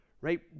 right